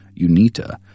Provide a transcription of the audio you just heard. UNITA